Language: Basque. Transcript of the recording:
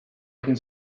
egin